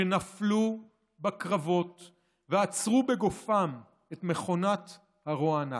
שנפלו בקרבות ועצרו בגופם את מכונת הרוע הנאצי,